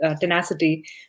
tenacity